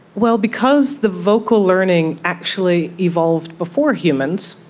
well, because the vocal learning actually evolved before humans,